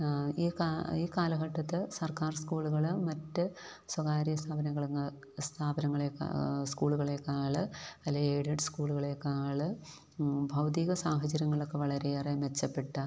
ഈ ഈ കാലഘട്ടത്തില് സർക്കാർ സ്കൂളുകള് മറ്റ് സ്വകാര്യ സ്കൂളുകളെക്കാള് അല്ലെങ്കില് എയ്ഡഡ് സ്കൂളുകളെക്കാള് ഭൗതികസാഹചര്യങ്ങളൊക്കെ വളരെയേറെ മെച്ചപ്പെട്ട